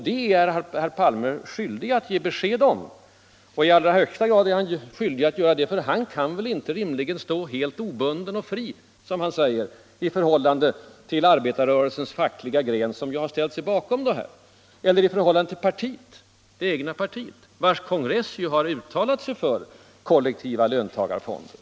Detta är herr Palme skyldig att ge besked om — i allra högsta grad —- för han kan väl inte rimligen stå helt obunden och fri, som han säger, i förhållande till arbetarrörelsens fackliga gren, som ju har ställt sig bakom förslaget om löntagarfonder, eller i förhållande till det egna partiet, vars kongress ju har uttalat sig för kollektiva löntagarfonder.